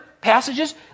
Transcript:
passages